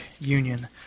union